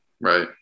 Right